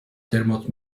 dermot